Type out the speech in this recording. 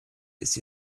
ist